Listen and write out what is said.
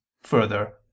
Further